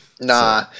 nah